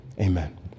amen